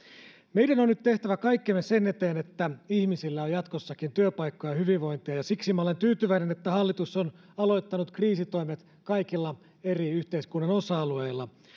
meidän on nyt tehtävä kaikkemme sen eteen että ihmisillä on jatkossakin työpaikkoja ja hyvinvointia ja siksi minä olen tyytyväinen että hallitus on aloittanut kriisitoimet kaikilla yhteiskunnan eri osa alueilla